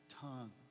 tongue